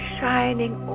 shining